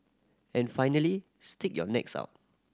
and finally stick your necks out